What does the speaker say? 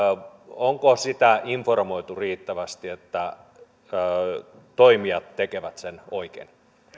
onko sitä informoitu riittävästi että toimijat tekevät sen oikein